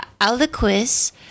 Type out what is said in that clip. aliquis